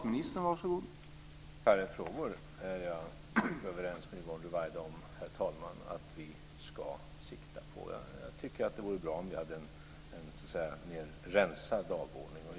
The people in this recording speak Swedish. Herr talman! Jag är överens med Yvonne Ruwaida om att vi bör sikta på färre frågor. Det vore bra om vi hade en mer rensad dagordning.